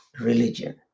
Religion